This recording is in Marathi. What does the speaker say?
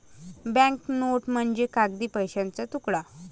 बँक नोट म्हणजे कागदी पैशाचा तुकडा